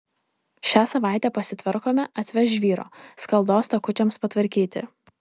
šią savaitę pasitvarkome atveš žvyro skaldos takučiams patvarkyti